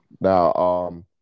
Now